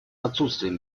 отсутствием